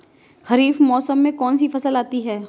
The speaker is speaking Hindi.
खरीफ मौसम में कौनसी फसल आती हैं?